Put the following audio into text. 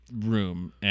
room